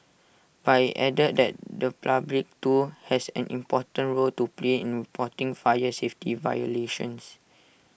but IT added that the public too has an important role to play in reporting fire safety violations